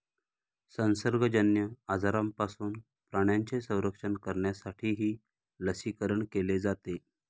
संसर्गजन्य आजारांपासून प्राण्यांचे संरक्षण करण्यासाठीही लसीकरण केले जाते